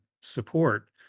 support